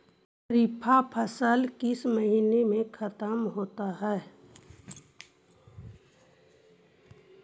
खरिफ फसल किस महीने में ख़त्म होते हैं?